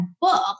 book